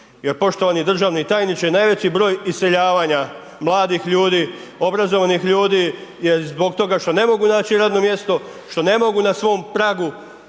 Jer poštovani državni tajniče, najveći broj iseljavanja mladih ljudi, obrazovanih ljudi je zbog toga što ne mogu naći radno mjesto, što ne mogu na svom pragu